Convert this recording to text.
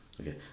Okay